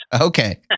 Okay